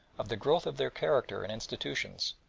of the growth of their character and institutions,